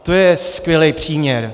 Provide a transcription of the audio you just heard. To je skvělý příměr.